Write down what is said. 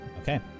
Okay